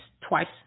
twice